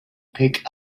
pick